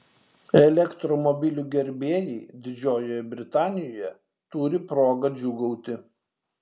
elektromobilių gerbėjai didžiojoje britanijoje turi progą džiūgauti